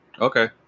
Okay